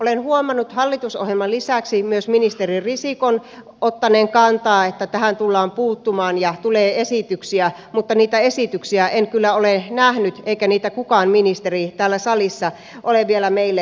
olen huomannut hallitusohjelman lisäksi myös ministeri risikon ottaneen kantaa että tähän tullaan puuttumaan ja tulee esityksiä mutta niitä esityksiä en kyllä ole nähnyt eikä niitä kukaan ministeri täällä salissa ole vielä meille esitellyt